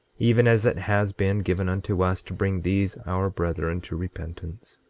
even as it has been given unto us to bring these our brethren to repentance.